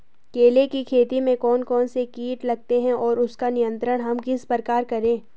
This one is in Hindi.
केले की खेती में कौन कौन से कीट लगते हैं और उसका नियंत्रण हम किस प्रकार करें?